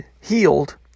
healed